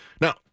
Now